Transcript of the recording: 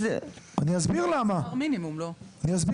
אני אסביר למה.